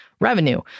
Revenue